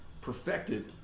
perfected